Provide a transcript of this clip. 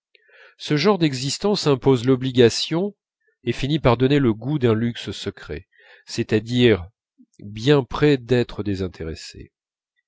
ce genre d'existence impose l'obligation et finit par donner le goût d'un luxe secret c'est-à-dire bien près d'être désintéressé